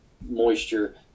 moisture